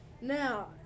now